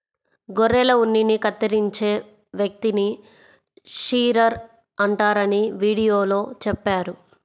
గొర్రెల ఉన్నిని కత్తిరించే వ్యక్తిని షీరర్ అంటారని వీడియోలో చెప్పారు